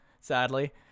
sadly